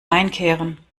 einkehren